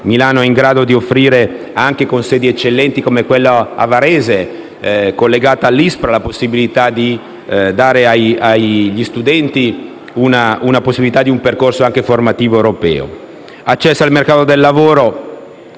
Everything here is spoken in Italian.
Milano è in grado di offrire, anche con sedi eccellenti come quella di Varese, collegata all'ISPRA, agli studenti la possibilità di un percorso formativo europeo,